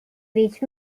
which